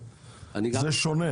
הסיטונאי כדי להביא אותם אז זה שונה.